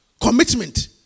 commitment